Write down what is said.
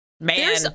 man